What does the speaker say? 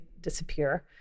disappear